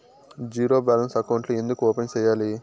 zero balance అకౌంట్లు ఎందుకు open సేయాలి